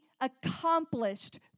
accomplished